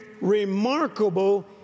remarkable